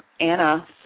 Anna